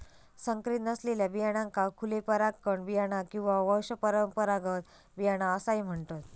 संकरीत नसलेल्या बियाण्यांका खुले परागकण बियाणा किंवा वंशपरंपरागत बियाणा असाही म्हणतत